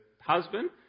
husband